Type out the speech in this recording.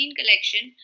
collection